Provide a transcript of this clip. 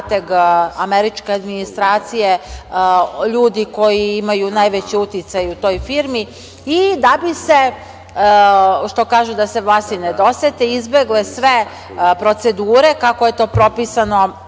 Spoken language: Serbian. američke administracije, ljudi koji imaju najveći uticaj u toj firmi i da bi se, što kažu – da se Vlasi ne dosete, izbegle sve procedure, kako je to propisano